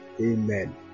Amen